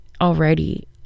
already